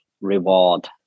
reward